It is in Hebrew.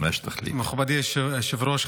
מכובדי היושב-ראש,